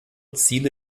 ziele